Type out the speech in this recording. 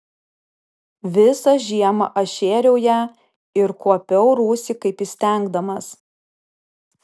visą žiemą aš šėriau ją ir kuopiau rūsį kaip įstengdamas